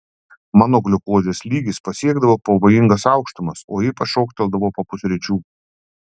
mano gliukozės lygis pasiekdavo pavojingas aukštumas o ypač šoktelėdavo po pusryčių